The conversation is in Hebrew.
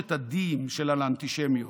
"שלושת ה-D-ים לאנטישמיות":